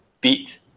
beat